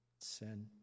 Sin